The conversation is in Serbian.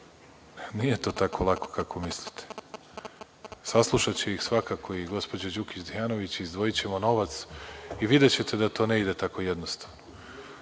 Nije to tako lako kako mislite. Saslušaće ih svakako i gospođa Đukić Dejanović, izdvojićemo novac i videćete da to ne ide tako jednostavno